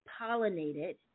pollinated